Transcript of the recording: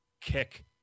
kick